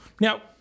Now